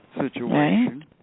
situation